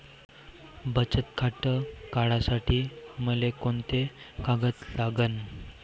बचत खातं काढासाठी मले कोंते कागद लागन?